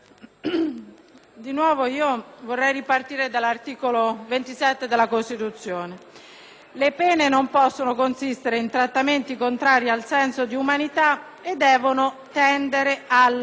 «Le pene non possono consistere in trattamenti contrari al senso di umanità e devono tendere alla rieducazione del condannato». È sulla rieducazione del condannato